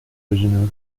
prisoner